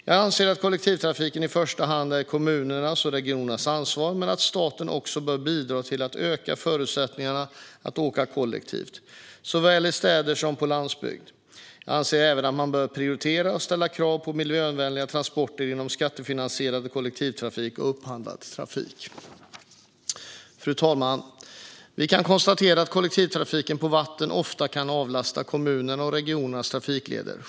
Jag anser att kollektivtrafiken i första hand är kommunernas och regionernas ansvar men att staten också bör bidra till att öka förutsättningarna att åka kollektivt, såväl i städer som på landsbygd. Jag anser även att man bör prioritera och ställa krav på miljövänligare transporter inom skattefinansierad kollektivtrafik och upphandlad trafik. Fru talman! Vi kan konstatera att kollektivtrafiken på vatten ofta kan avlasta kommunernas och regionernas trafikleder.